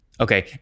Okay